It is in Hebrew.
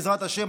בעזרת השם,